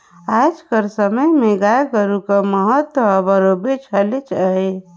आएज कर समे में गाय गरू कर महत हर बरोबेर हलेच अहे